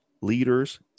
leaders